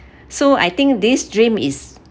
so I think this dream is